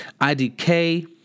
IDK